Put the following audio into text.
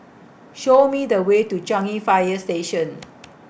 Show Me The Way to Changi Fire Station